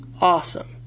Awesome